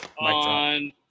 on